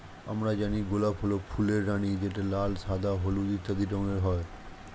আমরা জানি গোলাপ হল ফুলের রানী যেটা লাল, সাদা, হলুদ ইত্যাদি রঙের হয়